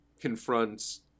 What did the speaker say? confronts